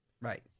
Right